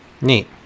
Neat